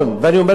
ואני אומר לך,